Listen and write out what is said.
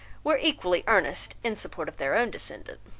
were equally earnest in support of their own descendant.